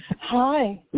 Hi